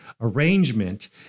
arrangement